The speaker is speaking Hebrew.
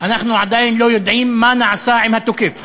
אנחנו עדיין לא יודעים מה נעשה עם התוקף.